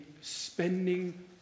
spending